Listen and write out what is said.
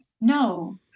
No